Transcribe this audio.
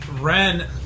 Ren